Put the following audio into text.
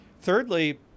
Thirdly